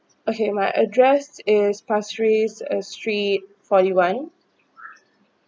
okay my addressed is pasir ris at street forty one